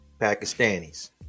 Pakistanis